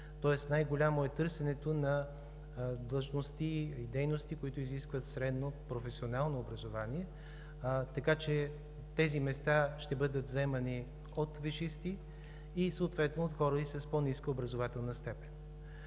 Тоест най-голямо е търсенето на длъжности и дейности, които изискват средно-професионално образование, така че тези места ще бъдат заемани от висшисти и съответно от хора и с по-ниска образователна степен.